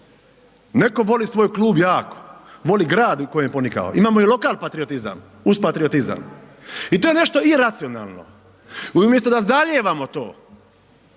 neko voli svoj klub jako, voli grad u kojem je ponikao, imamo i lokal patriotizam uz patriotizam i to je nešto iracionalno i umjesto da zalijevamo to,